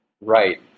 Right